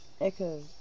Echoes